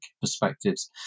perspectives